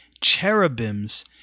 cherubims